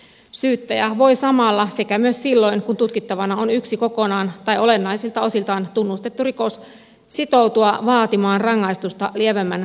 syyttäjä voi samalla sekä myös silloin kun tutkittavana on yksi kokonaan tai olennaisilta osiltaan tunnustettu rikos sitoutua vaatimaan rangaistusta lievemmän rangaistusasteikon mukaisesti